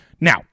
Now